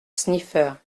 sniffer